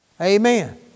Amen